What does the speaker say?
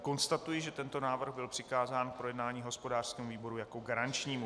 Konstatuji, že tento návrh byl přikázán k projednání hospodářskému výboru jako garančnímu.